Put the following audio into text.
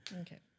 Okay